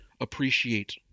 appreciate